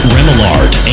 Remillard